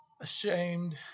ashamed